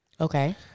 Okay